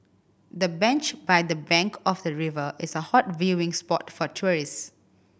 the bench by the bank of the river is a hot viewing spot for tourist